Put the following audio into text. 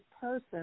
person